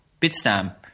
Bitstamp